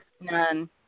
None